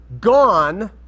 gone